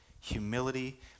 humility